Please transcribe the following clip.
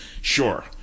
sure